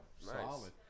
solid